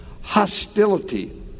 hostility